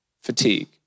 fatigue